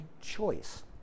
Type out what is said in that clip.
choice